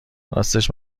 راستش